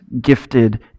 gifted